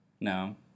No